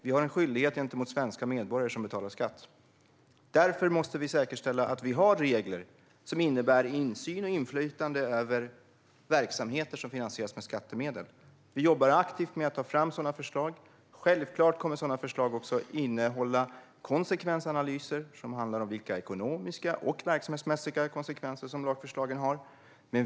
Vi har en skyldighet gentemot svenska medborgare som betalar skatt. Därför måste vi säkerställa att vi har regler som innebär insyn och inflytande över verksamheter som finansieras med skattemedel. Vi jobbar aktivt med att ta fram sådana förslag. Självklart kommer sådana förslag också att innehålla analyser som handlar om lagförslagens ekonomiska och verksamhetsmässiga konsekvenser.